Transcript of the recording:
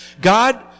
God